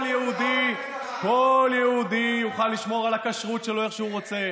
כל יהודי יוכל לשמור על הכשרות שלו איך שהוא רוצה,